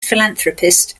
philanthropist